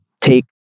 take